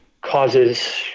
causes